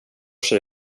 sig